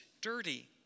dirty